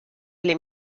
alle